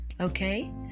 okay